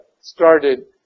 started